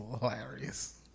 hilarious